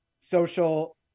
social